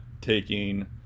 taking